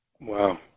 Wow